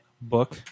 book